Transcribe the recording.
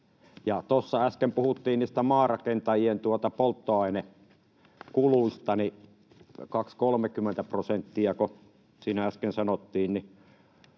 äsken puhuttiin niistä maarakentajien polttoainekuluista — 20—30 prosenttiako siinä äsken sanottiin.